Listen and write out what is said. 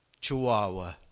chihuahua